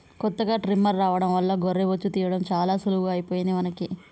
కొత్తగా ట్రిమ్మర్ రావడం వల్ల గొర్రె బొచ్చు తీయడం చాలా సులువుగా అయిపోయింది మనకి